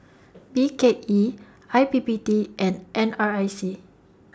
B K E I P P T and N R I C